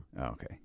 okay